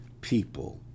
people